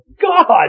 God